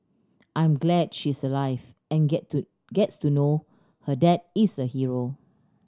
I'm glad she's alive and get to gets to know her dad is a hero